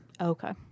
Okay